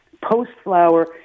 post-flower